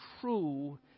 true